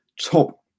top